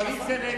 קואליציה נגד.